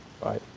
Bye